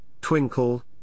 twinkle